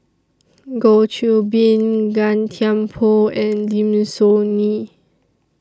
Goh Qiu Bin Gan Thiam Poh and Lim Soo Ngee